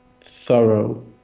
thorough